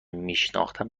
میشناختم